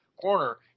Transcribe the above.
corner